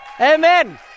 Amen